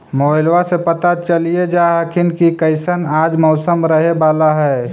मोबाईलबा से पता चलिये जा हखिन की कैसन आज मौसम रहे बाला है?